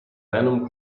venom